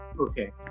Okay